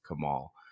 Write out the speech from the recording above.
Kamal